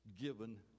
given